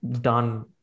done